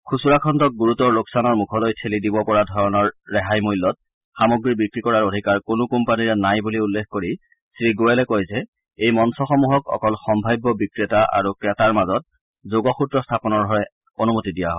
খুচুৰা খণ্ডক গুৰুতৰ লোকচানৰ মুখলৈ ঠেলি দিব পৰা ধৰণৰ ৰেহাই মূল্যত সামগ্ৰী বিক্ৰী কৰাৰ অধিকাৰ কোনো কোম্পানীৰে নাই বুলি উল্লেখ কৰি শ্ৰীগোৱেলে কয় যে এই মঞ্চসমূহক অকল সম্ভাব্য বিক্ৰেতা আৰু ক্ৰেতাৰ মাজত যোগসূত্ৰ স্থাপনৰহে অনুমতি প্ৰদান কৰা হয়